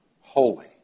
holy